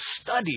study